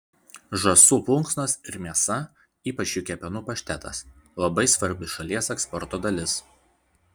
žąsų plunksnos ir mėsa ypač jų kepenų paštetas labai svarbi šalies eksporto dalis